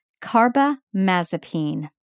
carbamazepine